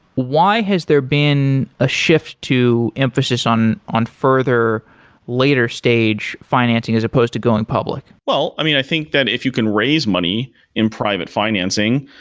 why has there been a shift to emphasis on on further later stage financing as opposed to going public? well, i mean, i think that if you can raise money in private financing,